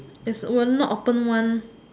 is will not open one